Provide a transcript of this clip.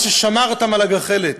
מה ששמר על הגחלת.